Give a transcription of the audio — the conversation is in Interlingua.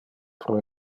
pro